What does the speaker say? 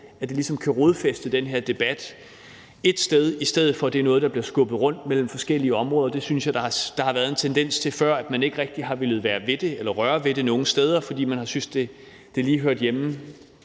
jeg på ligesom kan rodfæste den her debat ét sted, i stedet for at det er noget, der bliver skubbet rundt mellem forskellige områder. Jeg synes, at der før har været en tendens til, at man ikke rigtig har villet røre ved det nogen steder, fordi man har syntes, det lige hørte mere